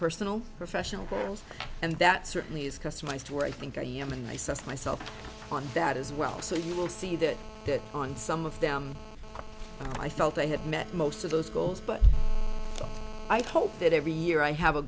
personal professional goals and that certainly is customized where i think i am in myself myself on that as well so you will see that that on some of them i felt i have met most of those goals but i hope that every year i have a